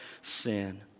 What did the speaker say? sin